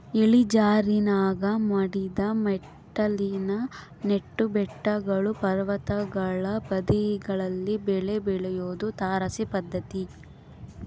ಇಳಿಜಾರಿನಾಗ ಮಡಿದ ಮೆಟ್ಟಿಲಿನ ನೆಟ್ಟು ಬೆಟ್ಟಗಳು ಪರ್ವತಗಳ ಬದಿಗಳಲ್ಲಿ ಬೆಳೆ ಬೆಳಿಯೋದು ತಾರಸಿ ಪದ್ಧತಿ